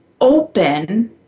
open